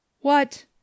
What